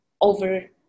over